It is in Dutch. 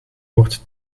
wordt